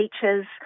teachers